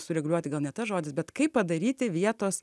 sureguliuoti gal ne tas žodis bet kaip padaryti vietos